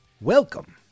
welcome